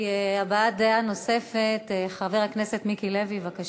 הבעת דעה נוספת, חבר הכנסת מיקי לוי, בבקשה.